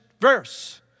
verse